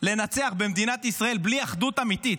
לנצח במדינת ישראל בלי אחדות אמיתית.